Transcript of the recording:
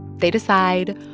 they decide,